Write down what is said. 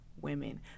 women